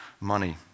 money